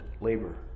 labor